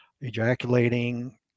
ejaculating